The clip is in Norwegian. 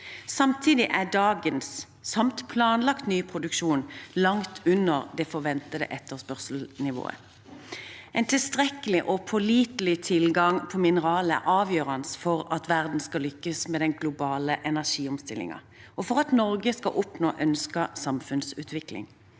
Samtidig er dagens produksjon, samt planlagt ny produksjon, langt under det forventede etterspørselsnivået. En tilstrekkelig og pålitelig tilgang på mineraler er avgjørende for at verden skal lykkes med den globale energiomstillingen, og for at Norge skal oppnå ønsket samfunnsutvikling.